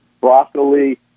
broccoli